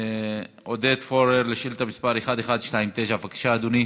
עודד פורר לשאילתה מס' 1129, בבקשה, אדוני.